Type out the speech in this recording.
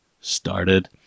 started